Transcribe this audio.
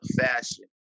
fashion